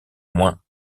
moins